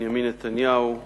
בנימין נתניהו,